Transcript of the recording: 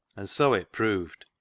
and so it proved.